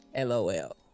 lol